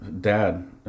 dad